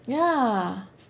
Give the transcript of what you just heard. yeah